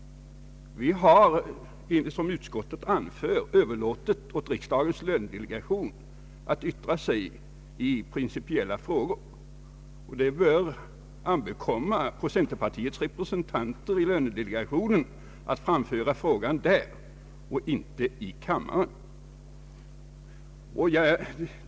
Vi har, som utskottet anfört, överlåtit åt riksdagens lönedelegation att yttra sig i principiella frågor, och det bör ankomma på centerpartiets representanter i lönedelegationen att framföra frågan där och inte i kammaren.